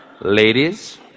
Ladies